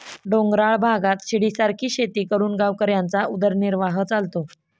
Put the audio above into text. डोंगराळ भागात शिडीसारखी शेती करून गावकऱ्यांचा उदरनिर्वाह चालतो